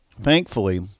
thankfully